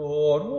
Lord